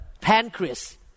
pancreas